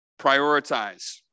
prioritize